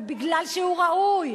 אבל משום שהוא ראוי,